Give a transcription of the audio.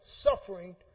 suffering